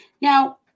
Now